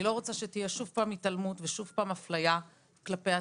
אני לא רוצה שתהיה שוב פעם התעלמות ושוב פעם אפליה כלפי העצמאיים.